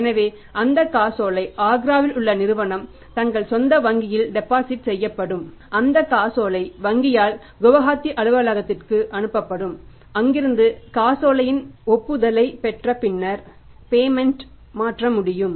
எனவே அந்த காசோலை ஆக்ராவில் உள்ள நிறுவனம் தங்கள் சொந்த வங்கியில் டெபாசிட் செய்யப்படும் அந்த காசோலை வங்கியால் குவஹாத்தி அலுவலகத்திற்கு அனுப்பப்படும் அங்கிருந்து காசோலையின் ஒப்புதலை பெற்ற பின்னர் பேமெண்ட் மாற்ற முடியும்